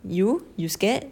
you you scared